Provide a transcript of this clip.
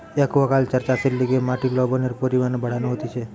aquaculture চাষের লিগে মাটির লবণের পরিমান বাড়ানো হতিছে